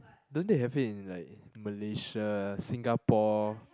don't they have it in like Malaysia Singapore